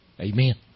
Amen